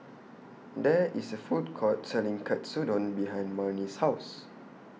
There IS A Food Court Selling Katsudon behind Marni's House